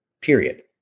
period